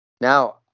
Now